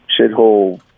shithole